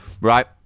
Right